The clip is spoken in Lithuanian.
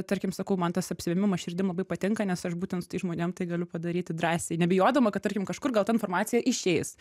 tarkim sakau man tas apsivėmimas širdim labai patinka nes aš būtent su tais žmonėm tai galiu padaryti drąsiai nebijodama kad tarkim kažkur gal ten informacija išeis